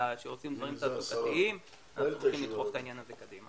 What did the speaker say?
אנחנו הולכים לדחוף את העניין הזה קדימה.